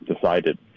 decided